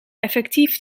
effectief